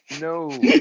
No